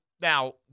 Now